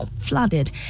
flooded